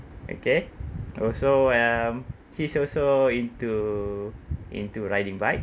okay also um he's also into into riding bikes